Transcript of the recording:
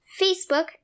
Facebook